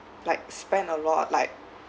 like spend a lot like